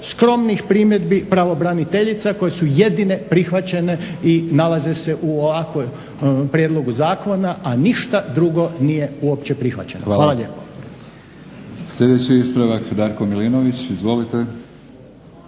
skromnih primjedbi pravobraniteljica koje su jedine prihvaćene i nalaze se u ovakvom prijedlogu zakona, a ništa drugo nije uopće prihvaćeno. Hvala lijepo. **Batinić, Milorad